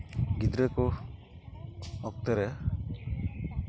ᱜᱤᱫᱽᱨᱟᱹ ᱠᱚ ᱚᱠᱛᱮ ᱨᱮ